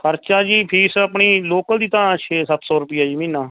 ਖਰਚਾ ਜੀ ਫੀਸ ਆਪਣੀ ਲੋਕਲ ਦੀ ਤਾਂ ਛੇ ਸੱਤ ਸੌ ਰੁਪਇਆ ਜੀ ਮਹੀਨਾ